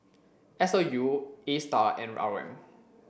S O U ASTAR and R O M